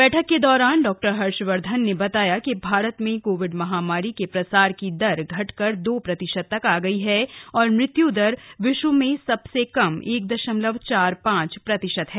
बैठक के दौरान डॉ हर्षवर्धन ने बताया कि भारत में कोविड महामारी के प्रसार की दर घटकर दो प्रतिशत तक आ गई है और मृत्यु दर विश्व में सबसे कम एक दशमलव चार पांच प्रतिशत है